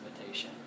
invitation